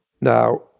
Now